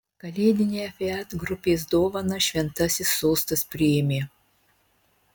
kalėdinę fiat grupės dovaną šventasis sostas priėmė